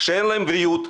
שאין להם בריאות,